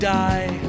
die